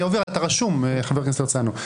אני עובר, אתה רשום, חבר הכנסת הרצנו.